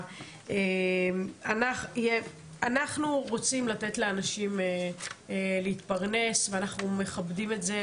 אנחנו רוצים לתת לאנשים להתפרנס ואנחנו מכבדים את זה,